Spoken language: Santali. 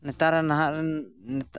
ᱱᱮᱛᱟᱨ ᱱᱟᱦᱟᱜᱨᱮᱱ ᱱᱮᱛᱟ